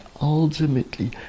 ultimately